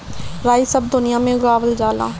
राई सब दुनिया में उगावल जाला